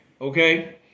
okay